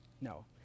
No